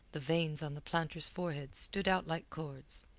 the veins on the planter's forehead stood out like cords.